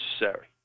necessary